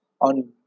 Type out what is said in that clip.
on